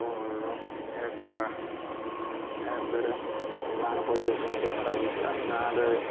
ଓ ଏହାଦ୍ୱାରା ଏହାଦ୍ୱାରା ଗାଁର ପରିବେଶ ମଧ୍ୟ ଖରାପ ହେଉଥିଲା ଗାଁରେ